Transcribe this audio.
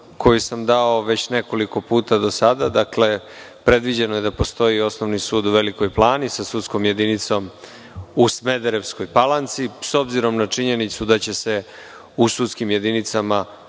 koju sam dao već nekoliko puta do sada. Dakle, predviđeno je da postoji Osnovni sud u Velikoj Plani sa sudskom jedinicom u Smederevskoj Palanci. S obzirom na činjenicu da će se u sudskim jedinicama